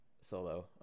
solo